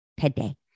today